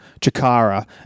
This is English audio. Chakara